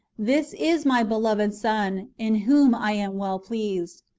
this is my beloved son, in whom i am well pleased.